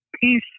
peace